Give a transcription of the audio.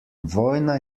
vojna